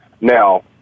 Now